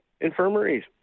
infirmaries